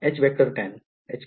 वेळ १७